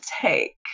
take